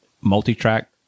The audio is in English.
multi-track